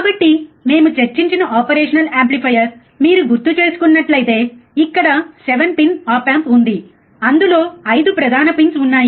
కాబట్టి మేము చర్చించిన ఆపరేషన్ యాంప్లిఫైయర్ మీరు గుర్తుచేసుకున్నట్లయితే ఇక్కడ 7 పిన్ ఆప్ ఆంప్ ఉంది అందులో 5 ప్రధాన పిన్స్ ఉన్నాయి